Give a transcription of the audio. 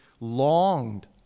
longed